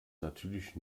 natürlich